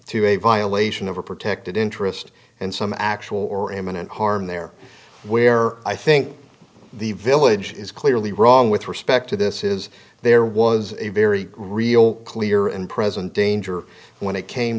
to a vial nation of a protected interest and some actual or imminent harm there where i think the village is clearly wrong with respect to this is there was a very real clear and present danger when it came